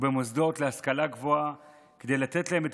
ובמוסדות להשכלה גבוהה כדי לתת להם את